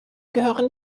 gehören